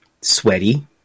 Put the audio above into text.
sweaty